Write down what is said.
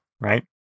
right